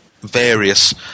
various